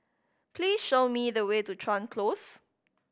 please show me the way to Chuan Close